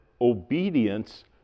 obedience